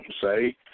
say